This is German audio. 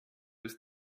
ist